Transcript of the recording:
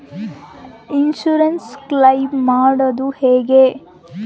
Insurance claim ಮಾಡದು ಹೆಂಗೆ?